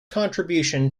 contribution